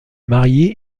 marié